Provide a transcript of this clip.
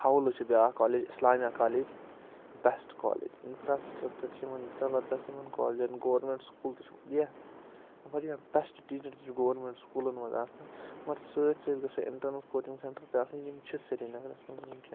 حولہٕ چھُ بیٛاکھ college Islamia college best college infrastructure چھِ یِمَن زَبردست یِمَن کالجَن گورمٮ۪نٛٹ سُکوٗل تہِ چھِ واریاہ بٮ۪ٮسٹ ٹیٖچَر تہِ چھِ گورمٮ۪نٛٹ سُکوٗلَن منٛز آسان مگر سۭتۍ سۭتۍ گَژھَن اِنٹرٛینٕس کوچِنٛگ سٮ۪نٛٹَر تہِ آسٕنۍ یِم چھِ سرینگرَس مَنٛز وٕنۍکٮ۪نَس